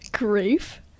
Grief